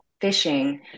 fishing